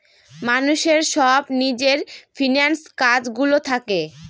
মানুষের সব নিজের ফিন্যান্স কাজ গুলো থাকে